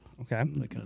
okay